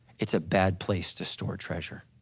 it's a bad place to store treasure.